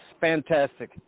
fantastic